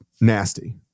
nasty